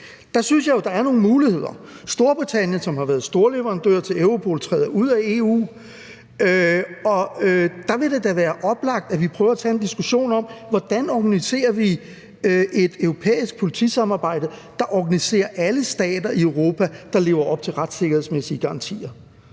Der synes jeg jo at der er nogle muligheder. Storbritannien, som har været storleverandør til Europol, træder ud af EU, og der vil det da være oplagt, at vi prøver at tage en diskussion om, hvordan vi organiserer et europæisk politisamarbejde, der organiserer alle stater i Europa, der lever op til retssikkerhedsmæssige garantier.